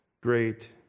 great